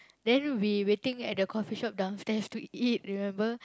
then we waiting at the coffee-shop downstairs to eat remember